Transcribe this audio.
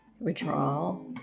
withdrawal